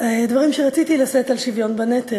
דברים שרציתי לשאת על שוויון בנטל: